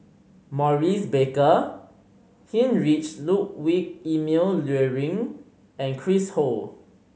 Maurice Baker Heinrich Ludwig Emil Luering and Chris Ho